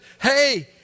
Hey